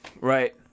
Right